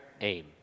aim